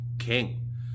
King